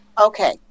Okay